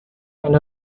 and